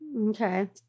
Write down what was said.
Okay